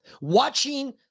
Watching